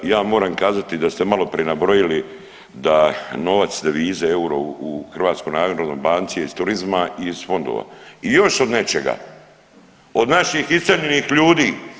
Ja moram kazati da ste malo prenabrojili da novac, devize euro u HNB je iz turizma i iz fondova i još od nečega, od naših iseljenih ljudi.